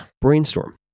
brainstorm